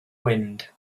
wind